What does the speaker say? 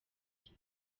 indi